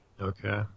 okay